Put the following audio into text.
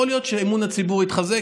יכול להיות שאמון הציבור יתחזק.